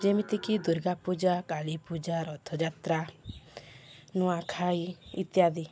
ଯେମିତିକି ଦୁର୍ଗା ପୂଜା କାଳୀପୂଜା ରଥଯାତ୍ରା ନୂଆଖାଇ ଇତ୍ୟାଦି